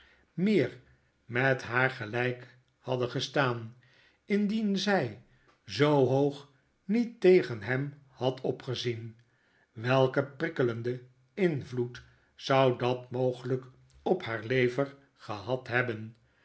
meer met haar gelyk hadde gestaan indien zy zoo hoog niet tegen hem had opgezien welken prikkelenden invloed zou dat mogelyk op haar lever gehad hebben